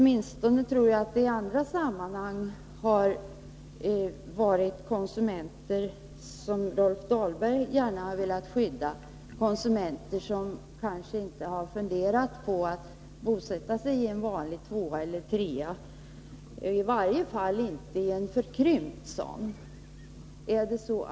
Jag tror att de konsumenter som Rolf Dahlberg åtminstone i andra sammanhang har velat skydda kanske inte har funderat på att bosätta sigien vanlig tvåeller trerumslägenhet, i varje fall inte i en förkrympt sådan.